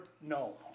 no